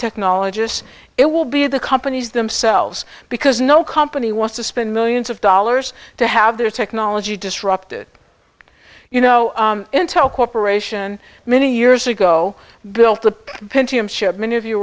technologists it will be the companies themselves because no company wants to spend millions of dollars to have their technology disrupted you know intel corp many years ago built the pentium chip many of you